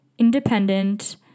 Independent